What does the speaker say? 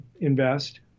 invest